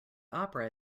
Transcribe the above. opera